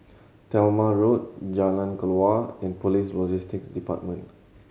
Talma Road Jalan Kelawar and Police Logistics Department